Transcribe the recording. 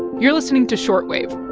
you're listening to short wave